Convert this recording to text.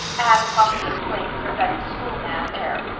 anne promptly exclaimed, with her best schoolma'am air,